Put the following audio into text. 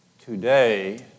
today